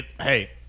hey